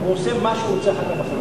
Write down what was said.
ועושה מה שהוא רוצה אחר כך.